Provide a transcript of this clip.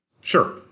Sure